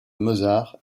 mozart